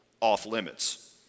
off-limits